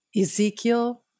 Ezekiel